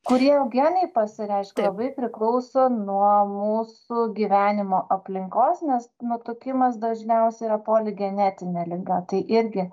kurie jau genai pasireiškia labai priklauso nuo mūsų gyvenimo aplinkos nes nutukimas dažniausiai yra poligenetinė liga tai irgi